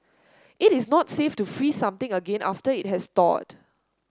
it is not safe to freeze something again after it has thawed